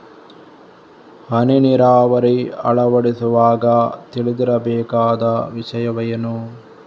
ಹನಿ ನೀರಾವರಿ ಅಳವಡಿಸುವಾಗ ತಿಳಿದಿರಬೇಕಾದ ವಿಷಯವೇನು?